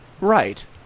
Right